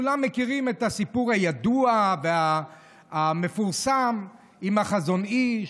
כולם מכירים את הסיפור הידוע והמפורסם על החזון איש,